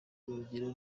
urugero